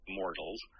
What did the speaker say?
mortals